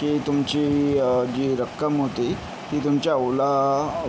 की तुमची जी रक्कम होती ती तुमच्या ओला